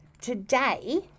today